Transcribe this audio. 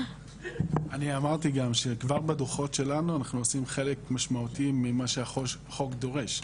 אני אמרתי גם שכבר בדוחות שלנו אנחנו עושים חלק משמעותי ממה שהחוק דורש.